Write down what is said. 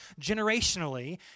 generationally